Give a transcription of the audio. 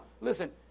listen